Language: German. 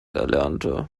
erlernte